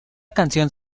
canción